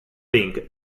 link